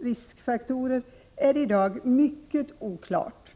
riskfaktorer är i dag mycket oklart.